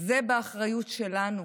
זה באחריות שלנו.